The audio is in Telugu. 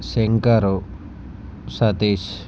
శంకర్ సతీష్